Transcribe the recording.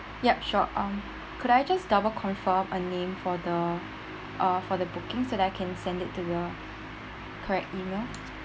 ya sure um could I just double confirm a name for the uh for the booking so that I can send it to the correct email